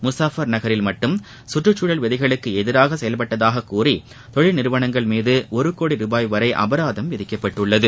முசாஃபர் நகரில் மட்டும் கற்றுச்சூழல் விதிகளுக்கு எதிராக செயல்பட்டதாக கூறி தொழில் நிறுவனங்கள் மீது ஒரு கோடி ரூபாய் வரை அபராதம் விதிக்கப்பட்டுள்ளது